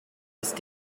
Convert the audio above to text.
ist